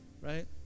Right